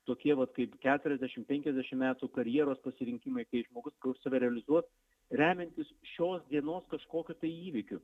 tokie vat kaip keturiasdešim penkiasdešim metų karjeros pasirinkimai kai žmogus save realizuot remiantis šios dienos kažkokiu tai įvykiu